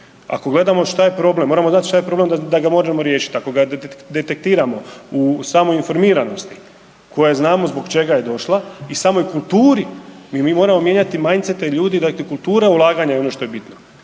Ako gledamo šta je problem moramo znati šta je problem da ga možemo riješiti. Ako ga detektiramo u samoj informiranosti koja znamo zbog čega je došla i samoj kulturi. Mi moramo mijenjati majncete ljudi dakle kultura ulaganja je ono što je bitno